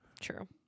true